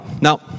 Now